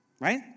right